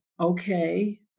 okay